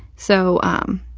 so, um,